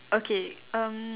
okay erm